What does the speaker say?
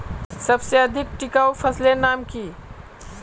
सबसे अधिक टिकाऊ फसलेर नाम की?